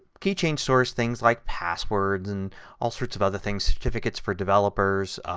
keychain stores things like passwords and all sorts of other things. certificates for developers.